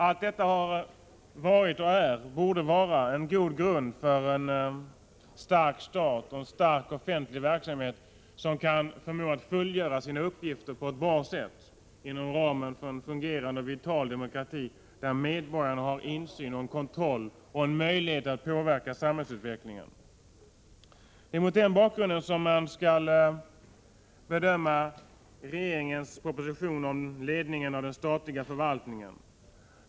Allt detta har varit och borde vara en god grund för en stark stat och en stark offentlig verksamhet, som förmår fullgöra sina uppgifter på ett bra sätt inom ramen för en fungerande och vital demokrati, där medborgarna har insyn, kontroll och möjlighet att påverka samhällsutvecklingen. Det är mot denna bakgrund man skall bedöma regeringens proposition om ledningen av den statliga förvaltningen.